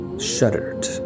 shuddered